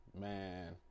man